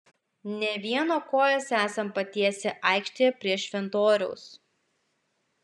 ne vieno kojas esam patiesę aikštėje prie šventoriaus